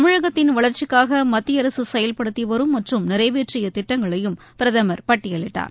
தமிழகத்தின் வளர்ச்சிக்காகமத்திய அரசுசெயல்படுத்திவரும் மற்றும் நிறைவேற்றியதிட்டங்களையும் பிரதமர் பட்டியலிட்டார்